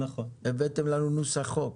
הבאתם לנו נוסח חוק.